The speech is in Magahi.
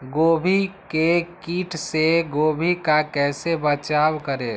गोभी के किट से गोभी का कैसे बचाव करें?